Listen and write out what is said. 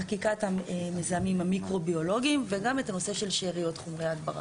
חקיקת המזהמים המיקרוביולוגיים וגם את הנושא של שאריות חומרי הדברה.